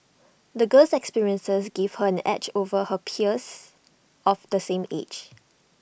the girl's experiences gave her an edge over her peers of the same age